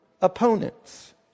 opponents